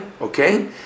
Okay